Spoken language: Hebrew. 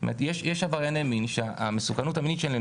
יש עברייני מין שהמסוכנות המינית שלהם